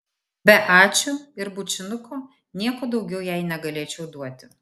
be ačiū ir bučinuko nieko daugiau jai negalėčiau duoti